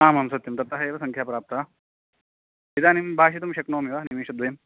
आमां सत्यं ततः एव संख्या प्राप्ता इदानीं भाषितुं शक्नोमि वा निमेषद्वयम्